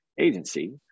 Agency